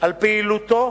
על פעילותו